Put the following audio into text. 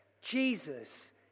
Jesus